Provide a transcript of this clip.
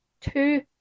two